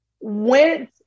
went